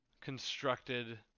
constructed